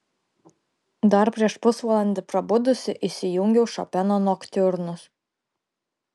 dar prieš pusvalandį prabudusi įsijungiau šopeno noktiurnus